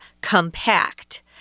compact